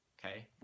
Okay